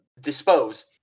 dispose